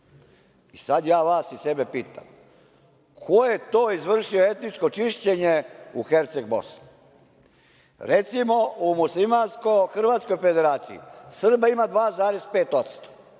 ja vas i sebe pitam - ko je to izvršio etničko čišćenje u Herceg-Bosni? Recimo, u muslimansko-hrvatskoj federaciji Srba ima 2,5%.